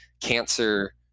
cancer